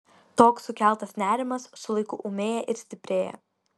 toks sukeltas nerimas su laiku ūmėja ir stiprėja